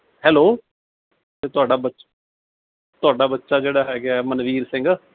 hello ਅਤੇ ਤੁਹਾਡਾ ਬੱਚਾ ਤੁਹਾਡਾ ਬੱਚਾ ਜਿਹੜਾ ਹੈਗਾ ਮਨਵੀਰ ਸਿੰਘ